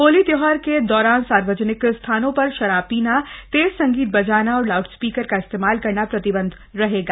होली त्योहार के दौरान सार्वजनिक स्थानों पर शराब पीना तेज संगीत बजाना और लाउडस्पीकर का इस्तेमाल करना प्रतिबंधित रहेगा